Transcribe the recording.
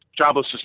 jobless